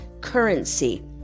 currency